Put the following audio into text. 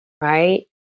right